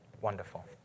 wonderful